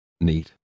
Neat